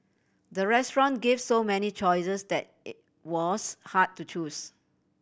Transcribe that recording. the restaurant gave so many choices that it was hard to choose